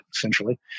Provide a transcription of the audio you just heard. essentially